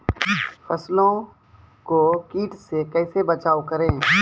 फसलों को कीट से कैसे बचाव करें?